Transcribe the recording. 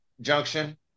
junction